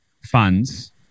funds